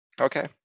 Okay